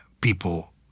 people